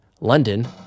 London